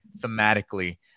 thematically